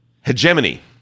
hegemony